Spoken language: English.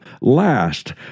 last